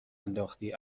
انداختی